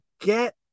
get